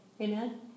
Amen